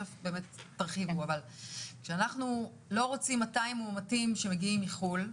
אנחנו לא רוצים 200 מאומתים שמגיעים מחו"ל,